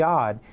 God